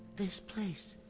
this place,